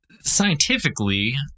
scientifically